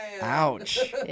Ouch